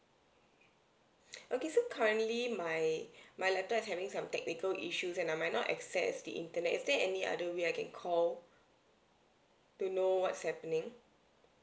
okay so currently my my laptop is having some technical issues and I might not access the internet is there any other way I can call to know what's happening